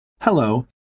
Hello